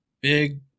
big